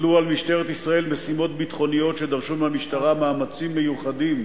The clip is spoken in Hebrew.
הוטלו על משטרת ישראל משימות ביטחוניות שדרשו ממנה מאמצים מיוחדים